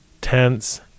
tense